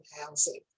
housing